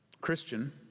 Christian